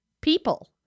people